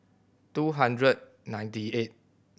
two hundred ninety eight